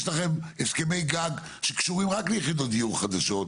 יש לכם הסכמי גג שקשורים רק ליחידות דיור חדשות,